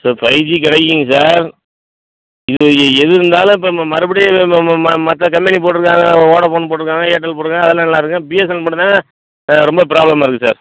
sir five G கிடைக்குங்க sir இது எ எது இருந்தாலும் இப்போ மறுபடி மற்ற கம்பெனி போட்டுருக்காங்கள்ல வோடஃபோன் போட்டுருக்காங்க ஏர்டெல் போட்டுருக்காங்க அதெல்லாம் நல்லாயிருக்கு பிஎஸ்என்எல் மட்டுந்தாங்க ரொம்ப ப்ராப்ளமாக இருக்குது சார்